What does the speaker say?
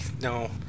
no